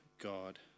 God